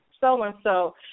so-and-so